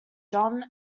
john